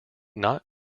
not